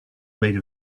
made